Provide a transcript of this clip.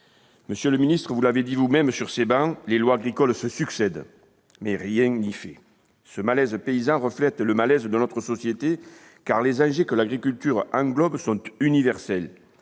Monsieur le ministre, vous l'avez dit vous-même sur ces travées, les lois agricoles se succèdent, mais rien n'y fait. Ce malaise paysan reflète le malaise de notre société, car les enjeux que l'agriculture englobe sont universels